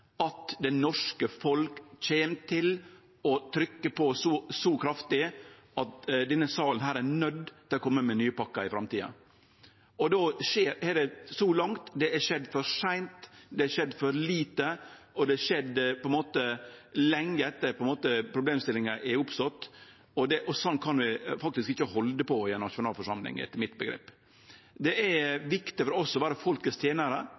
at det norske folk kjem til å trykkje på så kraftig at denne salen er nøydd til å kome med nye pakkar i framtida. Så langt har det skjedd for seint, for lite og lenge etter at problemstillinga er oppstått. Sånn kan vi faktisk ikkje halde på i ei nasjonalforsamling, etter mitt omgrep. Det er viktig for oss å vere folkets